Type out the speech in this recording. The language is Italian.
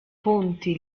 ponti